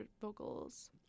vocals